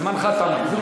זמנך תם, אדוני.